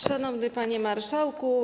Szanowny Panie Marszałku!